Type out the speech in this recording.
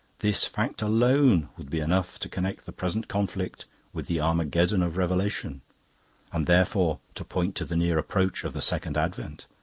this fact alone would be enough to connect the present conflict with the armageddon of revelation and therefore to point to the near approach of the second advent.